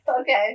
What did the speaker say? okay